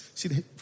See